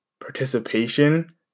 participation